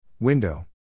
Window